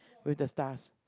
with the stars